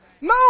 no